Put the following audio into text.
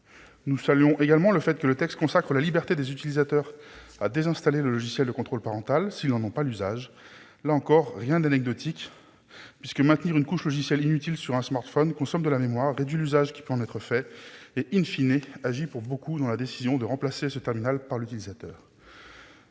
Nous saluons également le fait que le texte consacre la liberté des utilisateurs de désinstaller le logiciel de contrôle parental s'ils n'en ont pas l'usage. Là encore, la mesure n'a rien d'anecdotique, puisque maintenir une couche logicielle inutile sur un smartphone consomme de la mémoire, réduit l'usage qui peut en être fait et,, influence grandement la décision de l'utilisateur